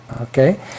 Okay